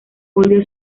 óleo